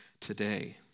today